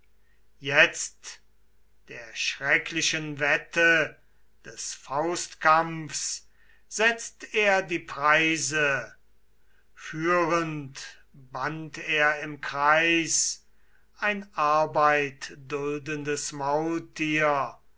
jetzt der schrecklichen wette des faustkampfs setzt er die preise führend band er im kreis ein arbeitduldendes maultier